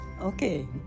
Okay